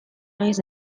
naiz